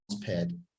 pad